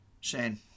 Shane